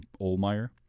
Olmeyer